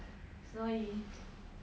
所以